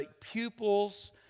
pupils